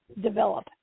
develop